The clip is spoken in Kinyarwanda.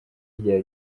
rya